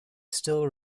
still